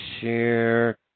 share